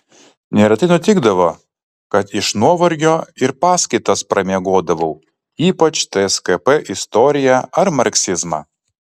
neretai nutikdavo kad iš nuovargio ir paskaitas pramiegodavau ypač tskp istoriją ar marksizmą